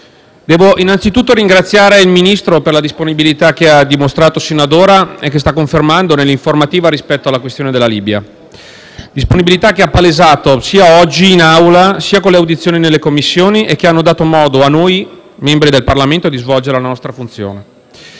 innanzitutto vorrei ringraziare il Ministro per la disponibilità che ha dimostrato fino ad ora e che sta confermando nell'informativa rispetto alla questione della Libia; disponibilità che ha palesato sia oggi in Aula, sia con le audizioni nelle Commissioni che hanno dato modo a noi membri del Parlamento di svolgere la nostra funzione.